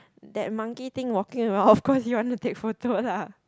that monkey thing walking around of course he want to take photo lah